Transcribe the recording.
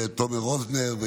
אני